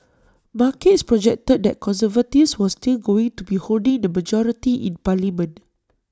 markets projected that conservatives was still going to be holding the majority in parliament